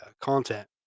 content